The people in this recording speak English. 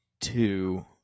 two